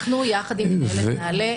אנחנו יחד עם מנהלת נעל"ה,